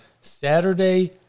Saturday